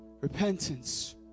repentance